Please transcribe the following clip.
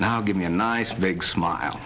now give me a nice big smile